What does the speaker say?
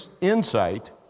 insight